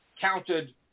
counted